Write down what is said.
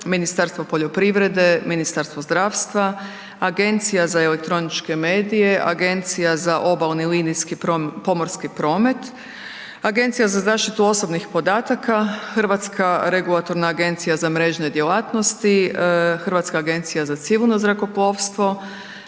Ministarstvo poljoprivrede, Ministarstvo zdravstva, Agencija za elektroničke medije, Agencija za obalni linijski pomorski promet, Agencija za zaštitu osobnih podataka, HAKOM, Hrvatska agencija za civilno zrakoplovstvo,